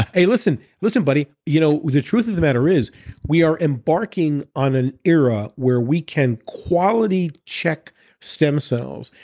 hey, listen listen buddy. you know the truth of the matter is we are embarking on an era where we can quality check stem cells.